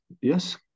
yes